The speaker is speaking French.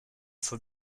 faut